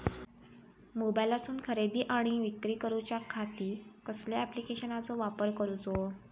मोबाईलातसून खरेदी आणि विक्री करूच्या खाती कसल्या ॲप्लिकेशनाचो वापर करूचो?